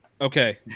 Okay